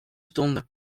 stonden